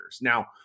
now